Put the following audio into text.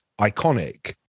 iconic